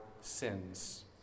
sins